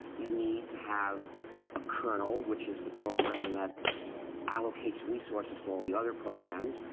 you need to have a kernel, which is the program that allocates resources to all the other programs,